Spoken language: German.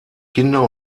kinder